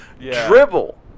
Dribble